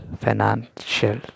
financial